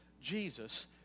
Jesus